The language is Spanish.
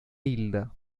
hilda